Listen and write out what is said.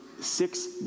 six